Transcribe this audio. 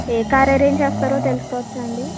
ఏ car arrange చేస్తారో తెలుసుకోవచ్చా అండి